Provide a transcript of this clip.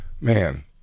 man